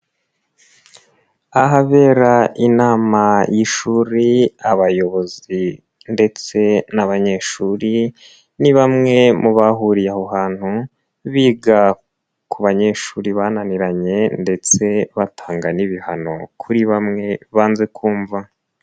Ahabera inama y'ishuri abayobozi ndetse n'abanyeshuri ni bamwe mu bahuriye aho hantu, biga ku banyeshuri bananiranye ndetse batanga n'ibihano kuri bamwe banze kumva.